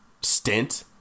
stint